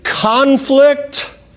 Conflict